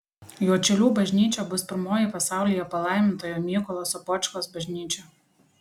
juodšilių bažnyčia bus pirmoji pasaulyje palaimintojo mykolo sopočkos bažnyčia